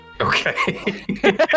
Okay